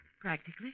Practically